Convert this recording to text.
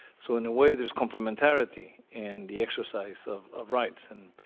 so in a way there is complementarity in the exercise of of rights. and